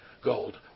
gold